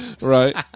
Right